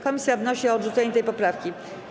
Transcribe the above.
Komisja wnosi o odrzucenie tej poprawki.